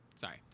Sorry